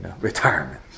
retirement